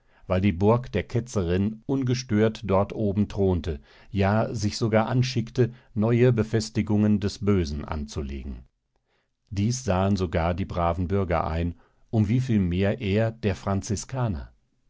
weil die burg der ketzerin ungestört dort oben thronte ja sich sogar anschickte neue befestigungen des bösen anzulegen dies sahen sogar die braven bürger ein um wie viel mehr er der franziskaner